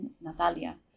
natalia